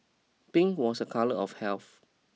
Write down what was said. pink was a colour of health